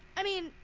i mean,